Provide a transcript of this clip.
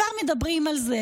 כבר מדברים על זה.